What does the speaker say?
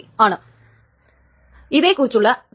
അതിൽ ഒപ്പ്സല്യൂട്ടിൻറെ നഷ്ടം നമുക്ക് അവഗണിച്ചുകളയാം